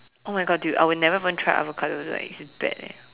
oh my god dude I will never even try avocado it's like bad eh